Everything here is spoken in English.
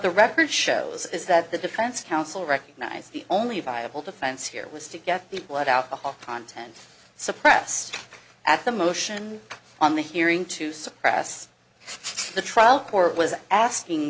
the record shows is that the defense counsel recognize the only viable defense here was to get the blood out content suppressed at the motion on the hearing to suppress the trial court was asking